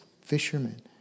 fishermen